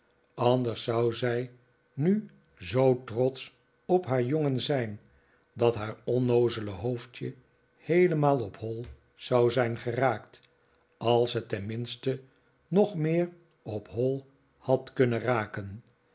anders zou zij nu zoo trotsch op haar jongen zijn dat haar onnoozele hoofdje heelemaal op hoi zou zijn geraakt als het tenminste nog meer op hoi had kunnen raken